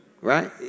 Right